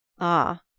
ah,